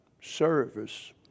service